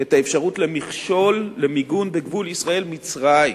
את האפשרות למכשול, למיגון בגבול ישראל מצרים,